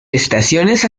estaciones